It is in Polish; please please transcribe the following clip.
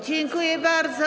Dziękuję bardzo.